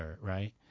right